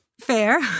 fair